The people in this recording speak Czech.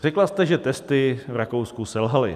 Řekla jste, že testy v Rakousku selhaly.